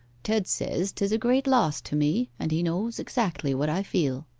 ted says tis a great loss to me, and he knows exactly what i feel